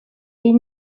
est